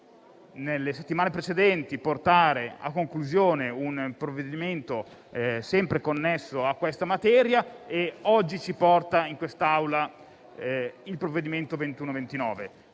nelle settimane precedenti portare a conclusione un provvedimento sempre connesso a questa materia, e oggi porta in Aula l'Atto Senato 2129.